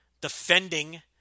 defending